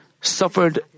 suffered